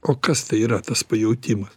o kas tai yra tas pajautimas